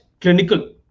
clinical